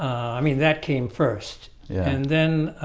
i mean that came first and then